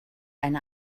eine